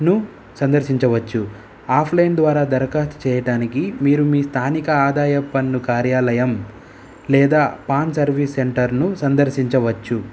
ను సందర్శించవచ్చు ఆఫ్లైన్ ద్వారా దరఖాస్తు చెయ్యడానికి మీరు మీ స్థానిక ఆదాయ పన్ను కార్యాలయం లేదా పాన్ సర్వీస్ సెంటర్ను సందర్శించవచ్చు